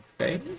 Okay